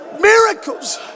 Miracles